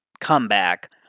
comeback